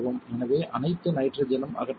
எனவே அனைத்து நைட்ரஜனும் அகற்றப்படும்